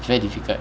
is very difficult